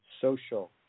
social